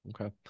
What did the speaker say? Okay